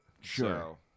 Sure